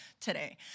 today